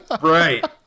Right